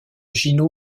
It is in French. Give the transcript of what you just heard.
gino